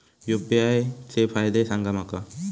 UPI चे फायदे सांगा माका?